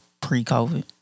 pre-COVID